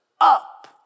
up